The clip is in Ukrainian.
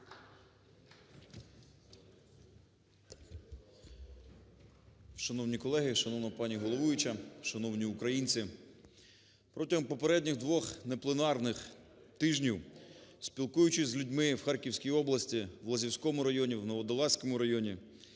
Шановні колеги, шановна пані головуюча, шановні українці! Протягом попередніх двохнепленарних тижнів, спілкуючись з людьми в Харківській області, в Лозівському районі, в Нововодолазькому районі,